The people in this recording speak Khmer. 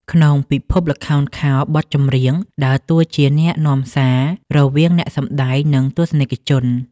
ក្នុងពិភពល្ខោនខោល បទចម្រៀងដើរតួជាអ្នកនាំសាររវាងអ្នកសម្ដែង និងទស្សនិកជន។